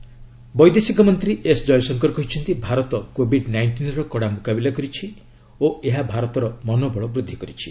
ଜୟଶଙ୍କର ବୈଦେଶିକ ମନ୍ତ୍ରୀ ଏସ୍ ଜୟଶଙ୍କର କହିଛନ୍ତି ଭାରତ କୋବିଡ୍ ନାଇଷ୍ଟିନ୍ର କଡ଼ା ମୁକାବିଲା କରିଛି ଓ ଏହା ଭାରତର ମନୋବଳ ବୃଦ୍ଧି କରିଛି